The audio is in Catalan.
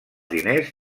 diners